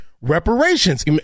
reparations